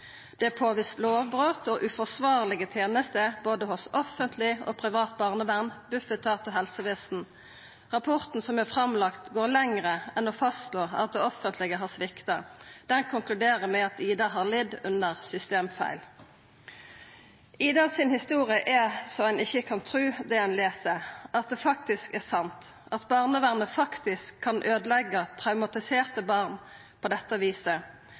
Det er påvist lovbrot og uforsvarlege tenester hos både offentleg og privat barnevern, Bufetat og helsestell. Rapporten som er lagd fram, går lenger enn å fastslå at det offentlege har svikta. Rapporten konkluderer med at «Ida» har lidd under systemfeil. Historia til «Ida» er slik at ein ikkje kan tru det ein les, at det faktisk er sant – at barnevernet faktisk kan øydeleggja traumatiserte barn på dette viset,